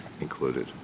included